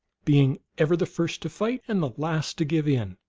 being ever the first to fight and the last to give in,